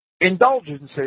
Indulgences